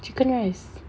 chicken rice